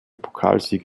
pokalsieg